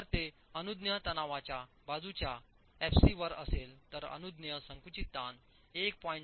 जर ते अनुज्ञेय तणावाच्या बाजूच्या एफसी वर असेल तर अनुज्ञेय संकुचित ताण 1